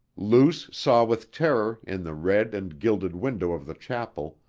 luce saw with terror, in the red and gilded window of the chapel,